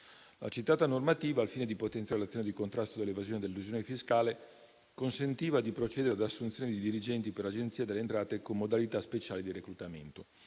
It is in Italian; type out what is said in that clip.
La citata normativa, al fine di potenziare l'azione di contrasto dell'evasione e dell'elusione fiscale, consentiva di procedere ad assunzioni di dirigenti per l'Agenzia delle entrate con modalità speciali di reclutamento.